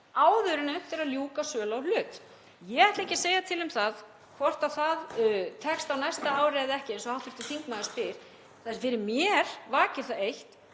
áður en unnt er að ljúka sölu á hlut. Ég ætla ekki að segja til um hvort það tekst á næsta ári eða ekki, eins og hv. þingmaður spyr. Fyrir mér vakir það eitt